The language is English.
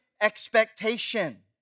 expectation